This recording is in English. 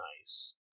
Nice